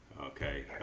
okay